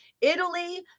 italy